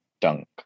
dunk